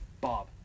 Bob